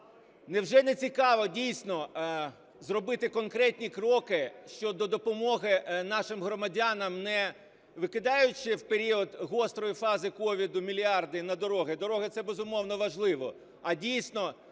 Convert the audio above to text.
Невже не цікаво, дійсно, зробити конкретні кроки щодо допомоги нашим громадянам, не викидаючи в період гострої фази COVID мільярди на дороги (дороги – це, безумовно, важливо), а, дійсно,